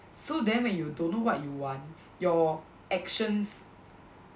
so then when you don't know what you want your actions